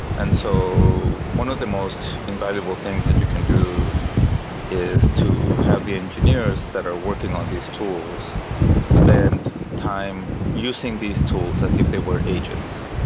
and so, one of the most invaluable things that you can do is to have the engineers that are working on these tools spend time using these tools as if they were agents.